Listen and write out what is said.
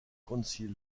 council